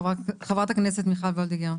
חברת הכנסת מיכל וולדיגר.